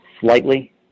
Slightly